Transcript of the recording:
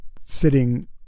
sitting